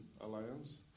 alliance